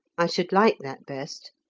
i should like that best.